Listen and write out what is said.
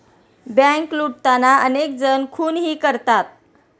bank लुटताना अनेक जण खूनही करतात